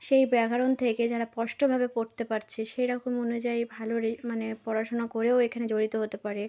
সেই ব্যাকরণ থেকে যারা স্পষ্টভাবে পড়তে পারছে সেরকম অনুযায়ী ভালো মানে পড়াশুনা করেও এখানে জড়িত হতে পারে